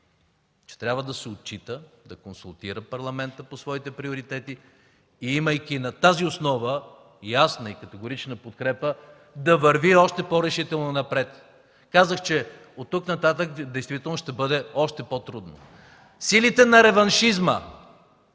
че трябва да се отчита, да консултира Парламента по своите приоритети и имайки на тази основа ясна и категорична подкрепа, да върви още по-решително напред! Казах, че оттук нататък действително ще бъде още по-трудно. Силите на реваншизма,